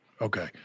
okay